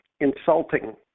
insulting